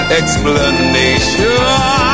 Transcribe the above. explanation